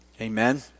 amen